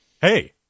Hey